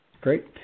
Great